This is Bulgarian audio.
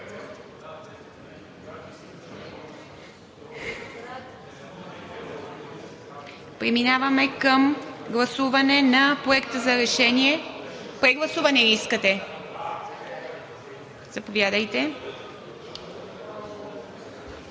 Преминаваме към гласуване на Проекта за решение... Прегласуване ли искате? Заповядайте.